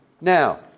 Now